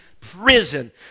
prison